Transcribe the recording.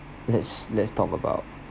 let's let's talk about